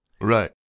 Right